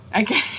Okay